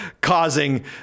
causing